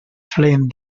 flame